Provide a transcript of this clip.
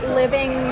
living